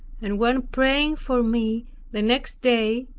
and when praying for me the next day,